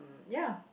ya